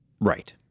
Right